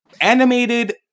animated